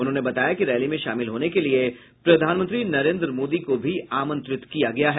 उन्होंने बताया कि रैली में शामिल होने के लिए प्रधानमंत्री नरेन्द्र मोदी को भी आमंत्रित किया गया है